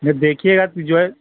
جب دیکھیے گا تو جو ہے